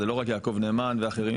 זה לא רק יעקב נאמן ואחרים.